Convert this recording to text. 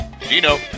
Gino